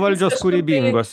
valdžios kūrybingos